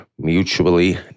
Mutually